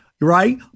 right